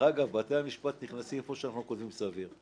בתי המשפט נכנסים היכן שאנחנו כותבים סביר.